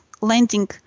landing